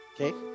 Okay